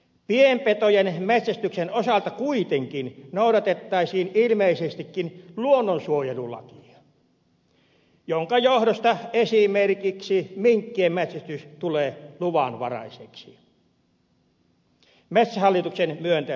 pienpetojen metsästyksen osalta kuitenkin noudatettaisiin ilmeisestikin luonnonsuojelulakia minkä johdosta esimerkiksi minkkien metsästys tulee luvanvaraiseksi metsähallituksen myöntäessä lupia